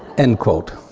end quote